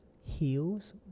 heals